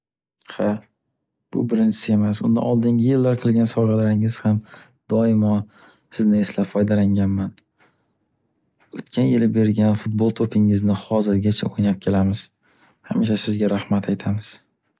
Ha, bu birinchisi emas. Undan oldingi yillar qilgan sovgalaringiz ham doimo sizni eslab foydalanganman. O’tgan yili bergan futbolto’pingizni hozirgacha o’ynab kelamiz. Hamisha sizga rahmat aytamiz.